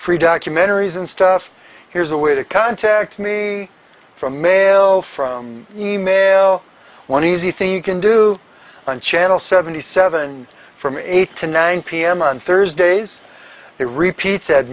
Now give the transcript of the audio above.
free documentaries and stuff here's a way to contact me from mail from e mail one easy thing you can do on channel seventy seven from eight to nine pm on thursdays he repeats said